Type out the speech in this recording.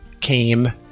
came